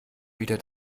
wieder